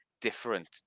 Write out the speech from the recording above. different